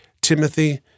Timothy